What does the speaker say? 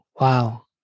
wow